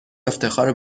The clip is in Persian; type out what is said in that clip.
افتخار